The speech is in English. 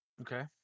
okay